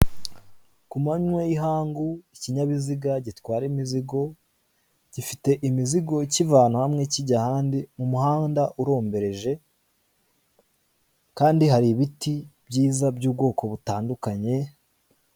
Kumanywa y'ihangu ikinyabiziga gitwara imizigo gifite imizigo kivana hamwe kijya ahandi mu muhanda urombereje kandi hari ibiti byiza by'ubwoko butandukanye.